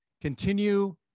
continue